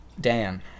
Dan